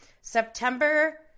September